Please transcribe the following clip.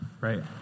right